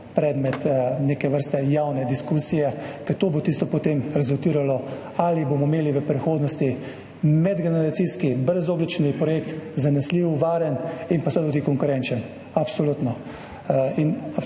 predmet neke vrste javne diskusije. Ker to bo potem rezultiralo, ali bomo imeli v prihodnosti medgeneracijski brezogljični projekt zanesljiv, varen in seveda tudi konkurenčen, absolutno.